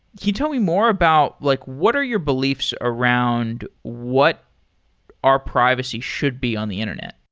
you tell me more about like what are your beliefs around what our privacy should be on the internet?